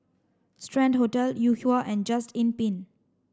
Strand Hotel Yuhua and Just Inn Pine